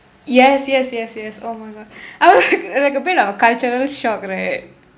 yes yes yes yes oh my god I was like a bit of a cultural shock right